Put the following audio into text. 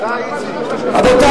יש זכות דיבור,